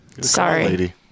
Sorry